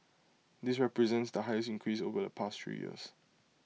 this represents the highest increase over the past three years